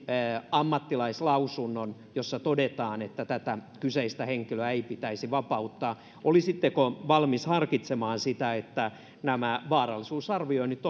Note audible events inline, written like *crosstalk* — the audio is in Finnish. ammattilaislausunnon jossa todetaan että tätä kyseistä henkilöä ei pitäisi vapauttaa olisitteko valmis harkitsemaan sitä että nämä vaarallisuusarvioinnit *unintelligible*